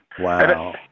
wow